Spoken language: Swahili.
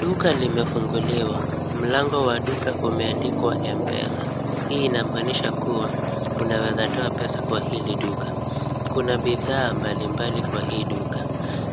Duka limefunguliwa. Mlango wa duka umeandikwa mpesa. Hii ina maanisha kuwa unaweza toa pesa kwa hili duka. Kuna bidhaa mbalimbali kwa hii duka.